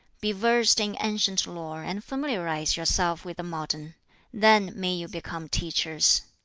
be versed in ancient lore, and familiarize yourself with the modern then may you become teachers.